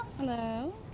Hello